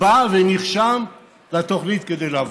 בא ונרשם לתוכנית כדי לעבור.